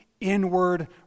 inward